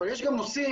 אבל יש גם נושאים,